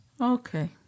Okay